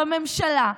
בממשלה,